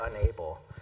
unable